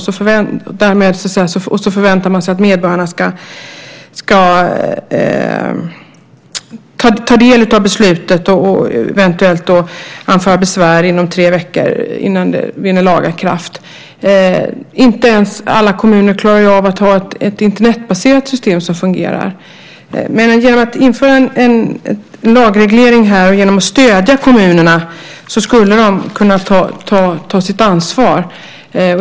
Sedan förväntar man sig att medborgarna ska ta del av beslutet och eventuellt anföra besvär inom tre veckor innan det vinner laga kraft. Alla kommuner klarar ju inte ens av att ha ett Internetbaserat system som fungerar. Men genom att vi inför en lagreglering här och genom att vi stöder kommunerna skulle de kunna ta sitt ansvar.